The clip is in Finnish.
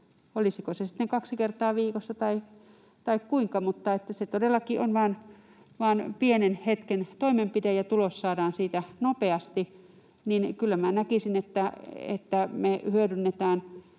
olisiko se sitten kaksi kertaa viikossa vai kuinka. Mutta se todellakin on vain pienen hetken toimenpide, ja tulos saadaan siitä nopeasti, niin että kyllä minä näkisin, että kun me hyödynnetään